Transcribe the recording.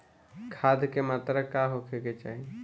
खाध के मात्रा का होखे के चाही?